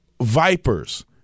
vipers